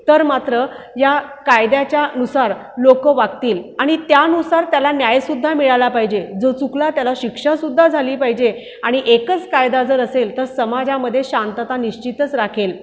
तर मात्र या कायद्याच्यानुसार लोक वागतील आणि त्यानुसार त्याला न्यायसुद्धा मिळाला पाहिजे जो चुकला त्याला शिक्षासुद्धा झाली पाहिजे आणि एकच कायदा जर असेल तर समाजामधे शांतता निश्चितच राखेल